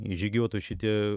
žygiuotų šitie